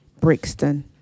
Brixton